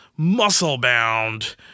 muscle-bound